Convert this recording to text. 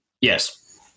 Yes